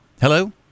Hello